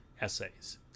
essays